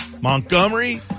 Montgomery